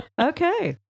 Okay